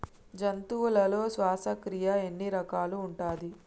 జంతువులలో శ్వాసక్రియ ఎన్ని రకాలు ఉంటది?